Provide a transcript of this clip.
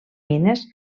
mines